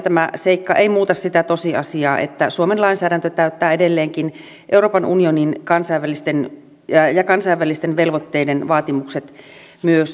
tämä seikka ei muuta sitä tosiasiaa että suomen lainsäädäntö täyttää edelleenkin euroopan unionin ja kansainvälisten velvoitteiden vaatimukset myös vastaisuudessa